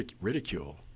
ridicule